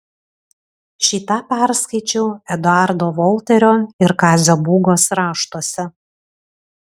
šį tą perskaičiau eduardo volterio ir kazio būgos raštuose